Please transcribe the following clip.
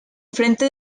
frente